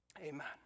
Amen